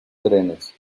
trenes